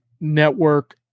network